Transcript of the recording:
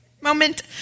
Moment